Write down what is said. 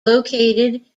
located